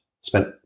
spent